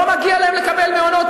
אבל הוא לא אומר דברים נכונים.